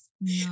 No